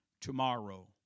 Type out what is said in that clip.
tomorrow